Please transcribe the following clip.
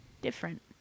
different